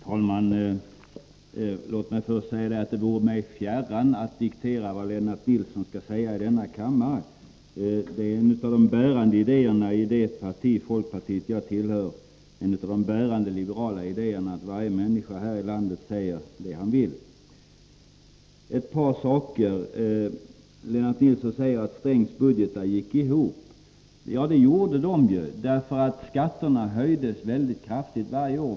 Herr talman! Låt mig först säga att det vore mig fjärran att diktera vad Lennart Nilsson skall säga här i kammaren. Det är en av de bärande idéerna i det parti jag tillhör — folkpartiet —, det är en av de bärande liberala idéerna att varje människa här i landet säger det han vill. Ett par saker! Lennart Nilsson säger att Strängs budgetar gick ihop. Ja, det gjorde de därför att skatterna höjdes mycket kraftigt varje år.